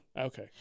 Okay